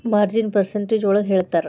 ಮಾರ್ಜಿನ್ನ percentage ಒಳಗ ಹೇಳ್ತರ